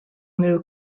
new